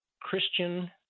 Christian